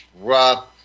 rough